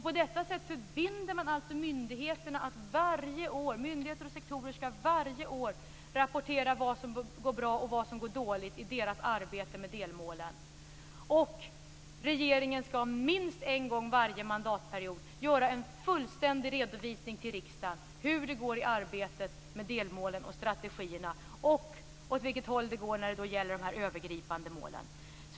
På detta sätt förbinds alltså myndigheter och sektorer att varje år rapportera vad som går bra och vad som går dåligt i arbetet med delmålen. Regeringen skall minst en gång varje mandatperiod ge riksdagen en fullständig redovisning av hur det går i arbetet med delmålen och strategierna och åt vilket håll det går när det gäller de övergripande målen.